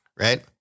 right